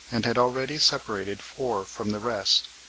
and had already separated four from the rest.